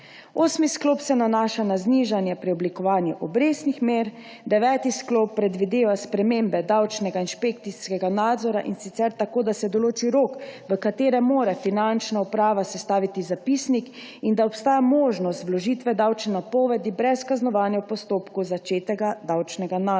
Osmi sklop se nanaša na znižanje pri oblikovanju obrestnih mer. Deveti sklop predvideva spremembe davčnega inšpekcijskega nadzora, in sicer tako, da se določi rok, v katerem mora Finančna uprava sestaviti zapisnik, in da obstaja možnost vložitve davčne napovedi brez kaznovanja v postopku začetega davčnega nadzora.